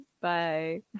Bye